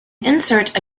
insert